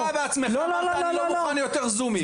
אתה אמרת בעצמך אני לא מוכן יותר זומים.